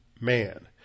man